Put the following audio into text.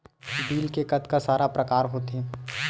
Bill के कतका सारा प्रकार होथे?